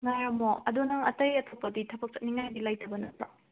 ꯉꯥꯏꯔꯝꯃꯣ ꯑꯗꯣ ꯅꯪ ꯑꯇꯩ ꯑꯇꯣꯞꯄꯗꯤ ꯊꯕꯛ ꯆꯠꯅꯤꯡꯉꯥꯏꯗꯤ ꯂꯩꯇꯕ ꯅꯠꯇ꯭ꯔꯣ